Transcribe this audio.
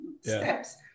steps